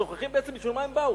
שוכחים בעצם בשביל מה הם באו.